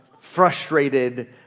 frustrated